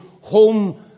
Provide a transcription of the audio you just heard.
home